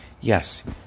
yes